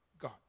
God